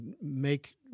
make